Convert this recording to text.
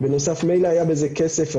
בנוסף מילא היה בזה כסף,